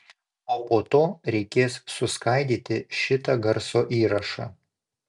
o po to reikės suskaidyti šitą garso įrašą